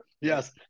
Yes